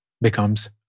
becomes